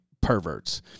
perverts